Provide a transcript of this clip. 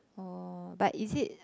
orh but is it